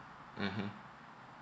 mmhmm